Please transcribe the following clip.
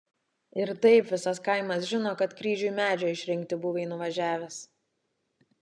ir taip visas kaimas žino kad kryžiui medžio išrinkti buvai nuvažiavęs